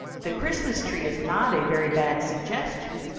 the christmas tree is not a very bad suggestion,